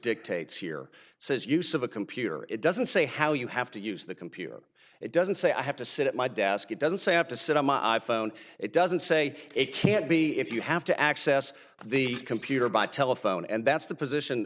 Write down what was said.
dictates here says use of a computer it doesn't say how you have to use the computer it doesn't say i have to sit at my desk it doesn't say i have to sit on my i phone it doesn't say it can't be if you have to access the computer by telephone and that's the position